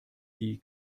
die